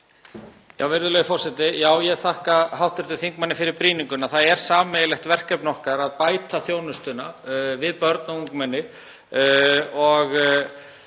Virðulegi forseti. Ég þakka hv. þingmanni fyrir brýninguna. Það er sameiginlegt verkefni okkar að bæta þjónustuna við börn og ungmenni